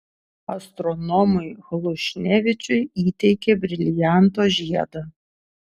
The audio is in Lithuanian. astronomui hlušnevičiui įteikė brilianto žiedą